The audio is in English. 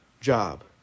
job